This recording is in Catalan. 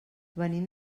venim